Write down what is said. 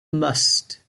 must